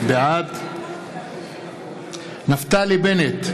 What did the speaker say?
בעד נפתלי בנט,